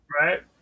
Right